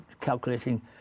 calculating